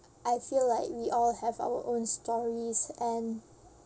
I feel like we all have our own stories and